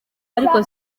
ariko